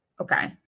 okay